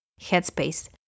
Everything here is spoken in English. Headspace